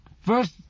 First